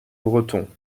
breton